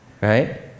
Right